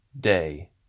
day